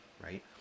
right